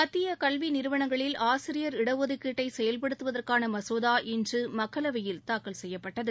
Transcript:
மத்திய கல்வி நிறுவனங்களில் ஆசிரியர் இடஒதுக்கீட்டை செயல்படுத்துவதற்கான மசோதா இன்று மக்களவையில் தாக்கல் செய்யப்பட்டது